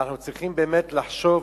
ואנחנו באמת צריכים לחשוב